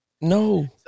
No